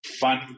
Fun